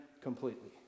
completely